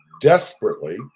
desperately